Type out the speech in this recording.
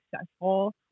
successful